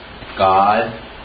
God